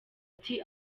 ati